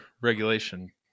regulation